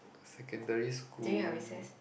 secondary school